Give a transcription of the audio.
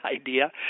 idea